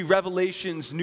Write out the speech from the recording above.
Revelations